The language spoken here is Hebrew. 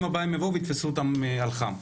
הבאה הם יבואו ויתפסו אותם על חם?